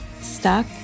Stuck